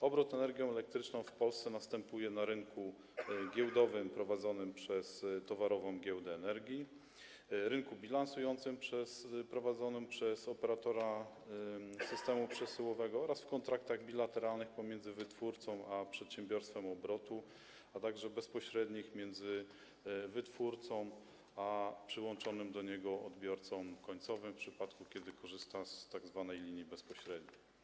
Obrót energią elektryczną w Polsce następuje na rynku giełdowym prowadzonym przez Towarową Giełdę Energii, rynku bilansującym prowadzonym przez operatora systemu przesyłowego, w kontraktach bilateralnych pomiędzy wytwórcą a przedsiębiorstwem obrotu, a także w kontraktach bezpośrednich między wytwórcą a przyłączonym do niego odbiorcą końcowym w przypadku, kiedy korzysta się z tzw. linii bezpośredniej.